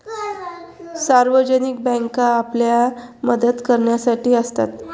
सार्वजनिक बँका आपल्याला मदत करण्यासाठी असतात